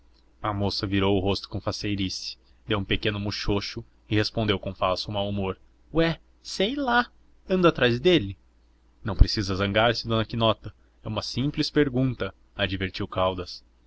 a moça virou o rosto com faceirice deu um pequeno muxoxo e respondeu com falso mau humor ué sei lá ando atrás dele não precisa zangar-se dona quinota é uma simples pergunta advertiu caldas